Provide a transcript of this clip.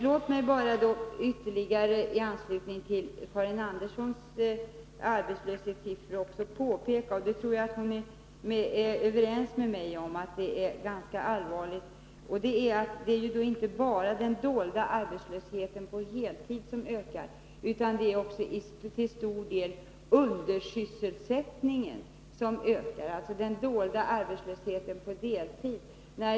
Låt mig bara, i anslutning till Karin Anderssons arbetslöshetssiffror, påpeka att det inte bara är den dolda arbetslösheten på heltid som ökar utan också till stor del undersysselsättningen, alltså den dolda arbetslösheten på deltid — jag tror att Karin Andersson håller med mig om att det är allvarligt.